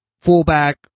fullback